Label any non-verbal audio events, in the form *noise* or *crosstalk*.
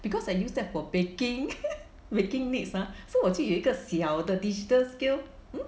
because I use that for baking *laughs* baking needs mah so 我就有一个小的 digital scale mm